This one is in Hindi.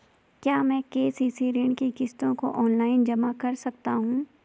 क्या मैं के.सी.सी ऋण की किश्तों को ऑनलाइन जमा कर सकता हूँ?